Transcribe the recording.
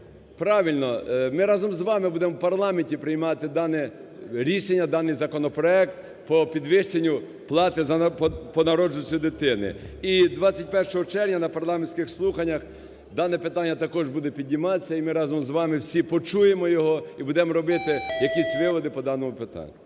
правильно, ми разом із вами будемо в парламенті приймати дане рішення, даний законопроект по підвищенню плати за... по народжуваності дитини. І 21 червня на парламентських слуханнях дане питання також буде підніматися і ми разом з вами всі почуємо його, і будемо робити якісь виводи по даному питанню.